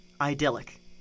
Idyllic